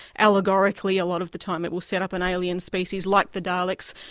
allegorically a lot of the time it will set up an alien species, like the daleks,